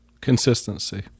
Consistency